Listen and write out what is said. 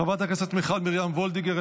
חברת הכנסת מיכל מרים וולדיגר,